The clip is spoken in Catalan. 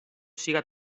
siga